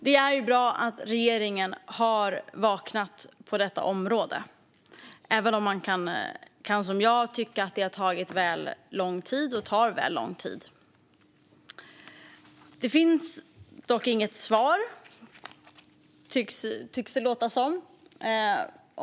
Fru talman! Det är bra att regeringen har vaknat på detta område, även om jag kan tycka att det har tagit väl lång tid. Det finns dock inget svar, låter det som.